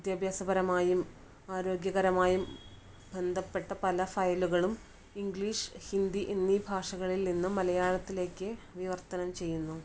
വിദ്യാഭ്യാസപരമായും ആരോഗ്യകരമായും ബന്ധപ്പെട്ട പല ഫയലുകളും ഇംഗ്ലീഷ് ഹിന്ദി എന്നി ഭാഷകളില് നിന്നും മലയാളത്തിലേക്ക് വിവര്ത്തനം ചെയ്യുന്നു